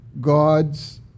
God's